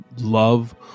love